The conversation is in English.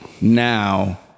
now